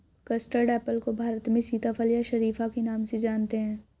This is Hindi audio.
कस्टर्ड एप्पल को भारत में सीताफल या शरीफा के नाम से जानते हैं